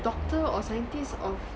doctor or scientist of